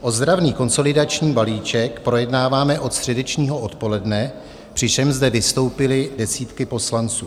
Ozdravný konsolidační balíček projednáváme od středečního odpoledne, přičemž zde vystoupily desítky poslanců.